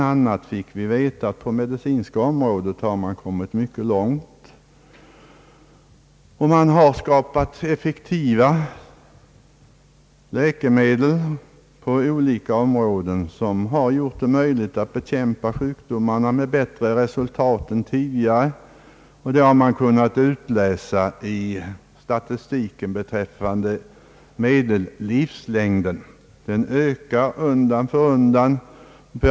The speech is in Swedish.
a. fick vi veta att man på det medicinska området har kommit mycket långt och skapat effektiva läkemedel, vilka har gjort det möjligt att bekämpa sjukdomarna med bättre resultat än tidigare. Det har man kunnat utläsa ur statistiken beträffande medellivslängden. Den ökar undan för undan.